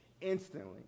instantly